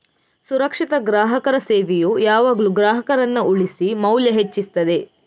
ಸುರಕ್ಷಿತ ಗ್ರಾಹಕರ ಸೇವೆಯು ಯಾವಾಗ್ಲೂ ಗ್ರಾಹಕರನ್ನ ಉಳಿಸಿ ಮೌಲ್ಯ ಹೆಚ್ಚಿಸ್ತದೆ